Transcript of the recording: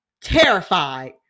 terrified